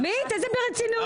עמית, איזה ברצינות?